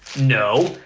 no,